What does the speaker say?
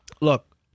look